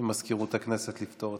ממזכירות הכנסת לפתור,